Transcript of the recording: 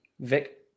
Vic